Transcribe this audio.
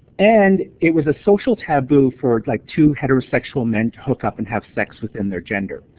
and it was a social taboo for like two heterosexual men to hook up and have sex within their gender.